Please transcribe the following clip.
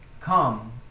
come